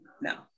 no